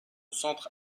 centre